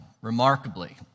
remarkably